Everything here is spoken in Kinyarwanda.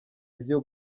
ibyo